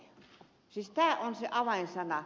tämä on se avainsana